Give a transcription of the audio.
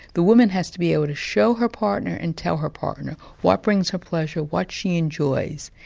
the woman has to be able to show her partner and tell her partner what brings her pleasure, what she enjoys.